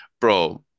bro